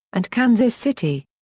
and kansas city.